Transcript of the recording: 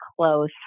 close